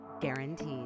guaranteed